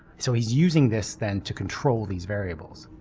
so, he's using this then to control these variables.